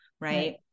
Right